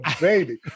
baby